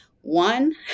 One